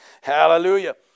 Hallelujah